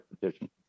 petition